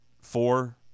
four